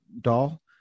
doll